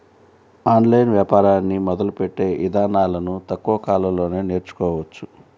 online వ్యాపారాన్ని మొదలుపెట్టే ఇదానాలను తక్కువ కాలంలోనే నేర్చుకోవచ్చు